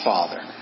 Father